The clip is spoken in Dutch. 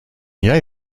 jij